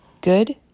good